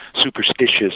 superstitious